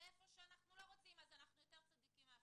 ואיפה שאנחנו לא רוצים אז אנחנו יותר צדיקים מהאפיפיור.